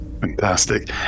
Fantastic